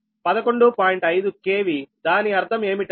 5 KVదాని అర్థం ఏమిటంటే ZB3 11